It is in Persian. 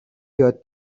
یاد